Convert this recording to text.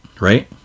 right